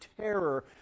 terror